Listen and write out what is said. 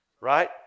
Right